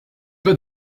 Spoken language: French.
pas